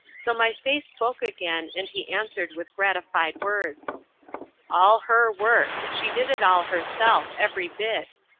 so my face spoke again, and he answered with gratified words all her work she did it all herself every bit.